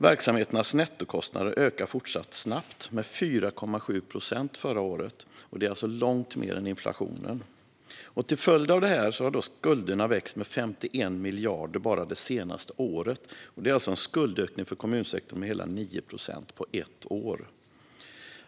Verksamheternas nettokostnader fortsatte att öka snabbt förra året, med 4,7 procent, vilket är långt mer än inflationen. Till följd av detta har skulderna växt med 51 miljarder bara det senaste året, vilket är en skuldökning för kommunsektorn med hela 9 procent på ett år.